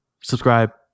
subscribe